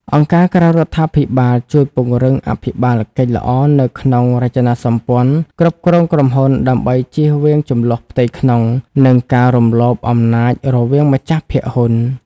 អង្គការក្រៅរដ្ឋាភិបាលជួយពង្រឹងអភិបាលកិច្ចល្អនៅក្នុងរចនាសម្ព័ន្ធគ្រប់គ្រងក្រុមហ៊ុន ដើម្បីជៀសវាងជម្លោះផ្ទៃក្នុង និងការរំលោភអំណាចរវាងម្ចាស់ភាគហ៊ុន។